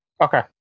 Okay